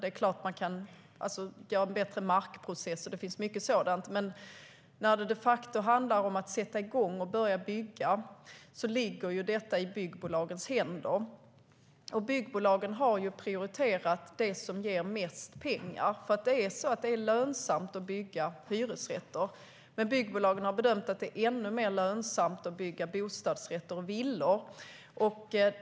Det är klart att man kan göra en bättre markprocess och att det finns mycket sådant, men när det de facto handlar om att sätta igång och börja bygga ligger det i byggbolagens händer. Byggbolagen har prioriterat det som ger mest pengar. Det är lönsamt att bygga hyresrätter, men byggbolagen har bedömt att det är ännu mer lönsamt att bygga bostadsrätter och villor.